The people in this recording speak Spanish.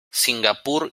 singapur